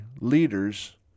leaders